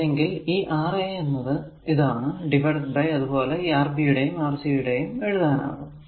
അല്ലെങ്കിൽ ഈ Ra എന്നത് a R a R a by a അത് പോലെ ഈ R b യും Rc യും എഴുതാനാകും